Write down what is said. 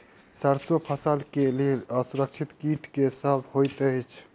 सैरसो फसल केँ लेल असुरक्षित कीट केँ सब होइत अछि?